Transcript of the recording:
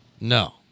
no